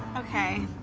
okay.